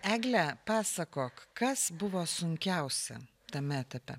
egle pasakok kas buvo sunkiausia tame etape